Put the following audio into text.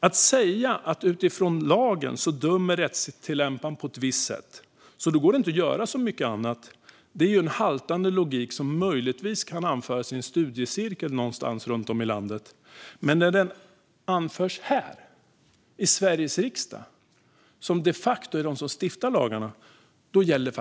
Att säga att rättstillämparen dömer på ett visst sätt utifrån lagen och att det därför inte går att göra så mycket är en haltande logik som möjligen kan anföras i en studiecirkel någonstans i landet - men inte i Sveriges riksdag som ju de facto stiftar lagarna. Fru talman!